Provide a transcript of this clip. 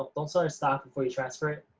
don't sell your stock before you transfer it.